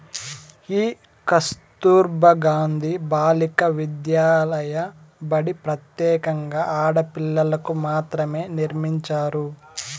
ఈ కస్తుర్బా గాంధీ బాలికా విద్యాలయ బడి ప్రత్యేకంగా ఆడపిల్లలకు మాత్రమే నిర్మించారు